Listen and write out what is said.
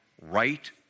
right